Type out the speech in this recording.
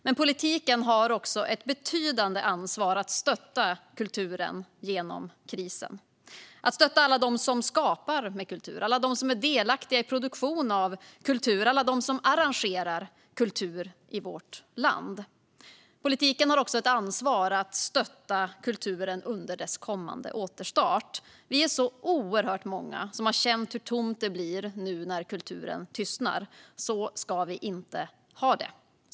Men politiken har också ett betydande ansvar för att stötta kulturen genom krisen - att stötta alla dem som skapar kultur, som är delaktiga i produktion av kultur och som arrangerar kultur i vårt land. Politiken har också ett ansvar för att stötta kulturen under dess kommande återstart. Vi är oerhört många som har känt hur tomt det blivit nu när kulturen tystnat. Så ska vi inte ha det.